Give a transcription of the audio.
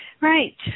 Right